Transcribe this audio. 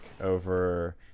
over